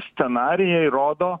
scenarijai rodo